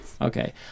Okay